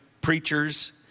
preachers